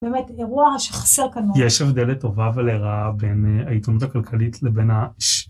באמת אירוע שחסר כמוהו. יש הבדל לטובה ולרעה בין העיתונות הכלכלית לבין ה...